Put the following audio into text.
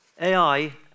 AI